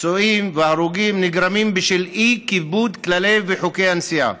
פצועים והרוגים נגרמים בשל אי-כיבוד כללי וחוקי הנסיעה.